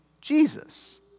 Jesus